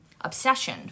obsession